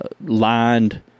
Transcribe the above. lined